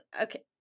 Okay